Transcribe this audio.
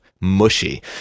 mushy